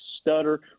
stutter